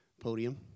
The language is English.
podium